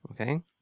Okay